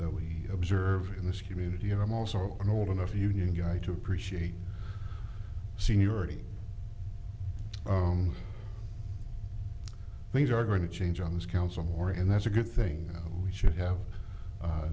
that we observe in this community and i'm also an old enough union guy to appreciate seniority own things are going to change on this council more and that's a good thing we should have a